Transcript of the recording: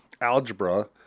algebra